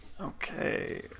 Okay